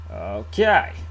Okay